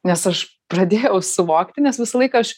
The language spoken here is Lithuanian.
nes aš pradėjau suvokti nes visą laiką aš